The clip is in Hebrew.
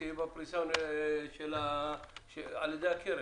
היא תהיה בפריסה על ידי הקרן.